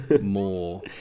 more